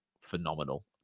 phenomenal